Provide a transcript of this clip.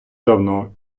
давно